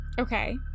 Okay